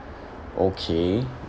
okay